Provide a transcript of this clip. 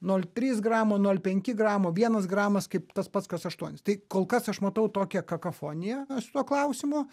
nol trys gramo nol penki gramo vienas gramas kaip tas pats kas aštuonis tai kol kas aš matau tokią kakofoniją su tuo klausimu